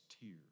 tears